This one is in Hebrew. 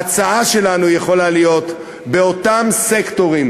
ההצעה שלנו יכולה להיות באותם סקטורים,